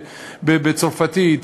בצרפתית,